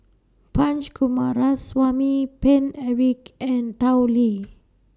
Punch Coomaraswamy Paine Eric and Tao Li